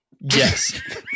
yes